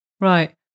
Right